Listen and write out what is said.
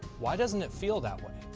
why doesn't it feel that way?